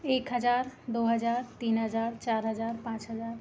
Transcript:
एक हज़ार दो हज़ार तीन हज़ार चार हज़ार पाँच हज़ार